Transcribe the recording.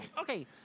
Okay